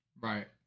right